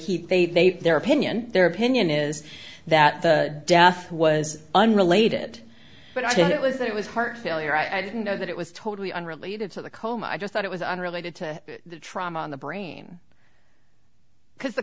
heat they their opinion their opinion is that the death was unrelated but it was it was heart failure i didn't know that it was totally unrelated to the coma i just thought it was unrelated to the trauma on the brain because